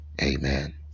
Amen